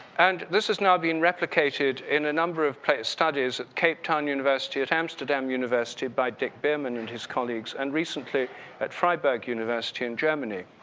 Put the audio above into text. and this is now being replicated in a number of place studies at cape town university, at amsterdam university by dick bierman and his colleagues and recently at freiburg university in germany.